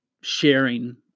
sharing